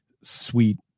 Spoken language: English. sweet